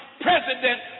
President